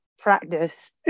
practice